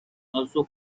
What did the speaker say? also